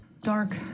Dark